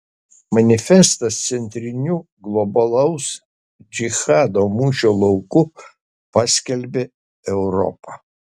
manifestas centriniu globalaus džihado mūšio lauku paskelbė europą